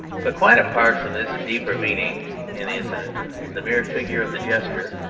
but quite apart from this deeper meaning in the incident, the mere figure of the jester,